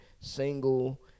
single